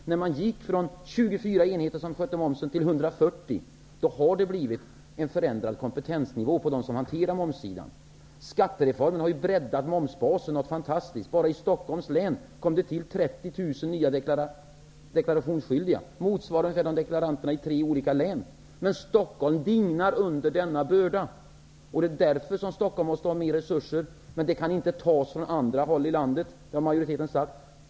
När man övergick från 24 enheter som skötte momsen till 140 förändrades kompetensnivån hos dem som hanterar momsfrågorna. Skattereformen har ju breddat momsbasen något fantastiskt. Bara i Stockholms län tillkom 30e 000 nya deklarationsskyldiga. Det motsvarar ungefär deklaranterna i tre olika län. Men Stockholm dignar under denna börda. Det är därför Stockholm behöver ha mer resurser. Men de kan inte tas från andra håll i landet, har majoriteten sagt.